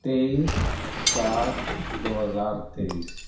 تئیس سات دو ہزار تئیس